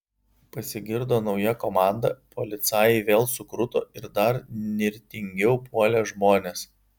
pasigirdo nauja komanda policajai vėl sukruto ir dar nirtingiau puolė žmones